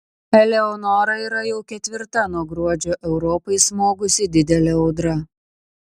eleonora yra jau ketvirta nuo gruodžio europai smogusi didelė audra